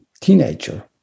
teenager